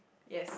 yes